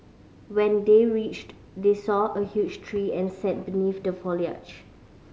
when they reached they saw a huge tree and sat beneath the foliage